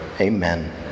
Amen